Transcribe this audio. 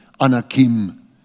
Anakim